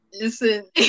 Listen